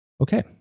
Okay